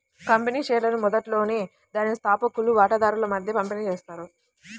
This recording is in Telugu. కంపెనీ షేర్లను మొదట్లోనే దాని స్థాపకులు వాటాదారుల మధ్య పంపిణీ చేస్తారు